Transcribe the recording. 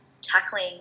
tackling